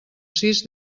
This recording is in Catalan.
sis